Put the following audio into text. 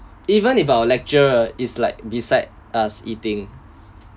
even if our lecturer is like beside us eating